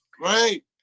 Right